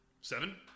Seven